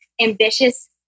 ambitious